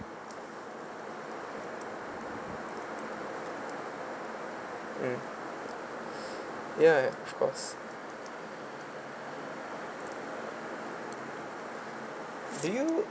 mm ya ya of course do you